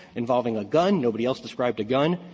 involving a gun. nobody else described a gun.